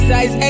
Size